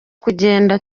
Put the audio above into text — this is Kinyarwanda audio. kugenda